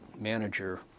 manager